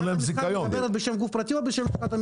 מדבר בשם גוף פרטי או נמל?